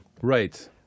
Right